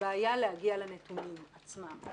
בעיה להגיע לנתונים עצמם,